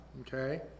okay